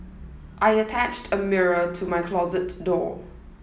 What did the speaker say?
I attached a mirror to my closet door